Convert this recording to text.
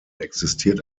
existiert